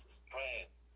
strength